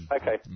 Okay